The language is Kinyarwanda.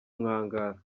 nkangara